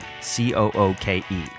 C-O-O-K-E